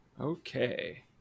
Okay